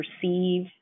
perceive